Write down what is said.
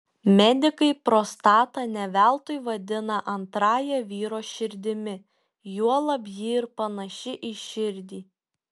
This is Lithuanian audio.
medikai prostatą ne veltui vadina antrąja vyro širdimi juolab ji ir panaši į širdį